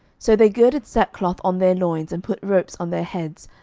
so they girded sackcloth on their loins, and put ropes on their heads,